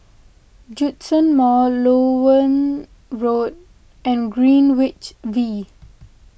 Djitsun Mall Loewen Road and Greenwich V